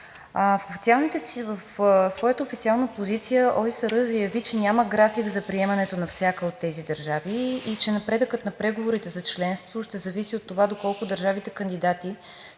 и Хърватия. В своята официална позиция ОИСР заяви, че няма график за приемането на всяка от тези държави и че напредъкът на преговорите за членство ще зависи от това доколко държавите кандидати